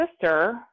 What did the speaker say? sister